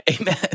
Amen